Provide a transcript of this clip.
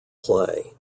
play